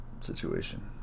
situation